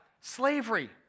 Slavery